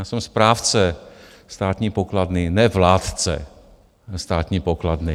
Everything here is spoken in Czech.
Já jsem správce státní pokladny, ne vládce státní pokladny.